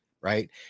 Right